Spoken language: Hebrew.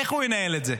איך הוא ינהל את זה?